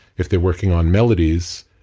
if they're working on melodies,